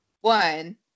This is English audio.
one